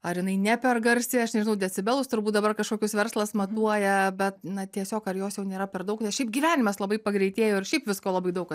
ar jinai ne per garsi aš nežinau decibelus turbūt dabar kažkokius verslas matuoja bet na tiesiog jos jau nėra per daug nes šiaip gyvenimas labai pagreitėjo ir šiaip visko labai daug